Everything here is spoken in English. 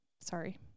Sorry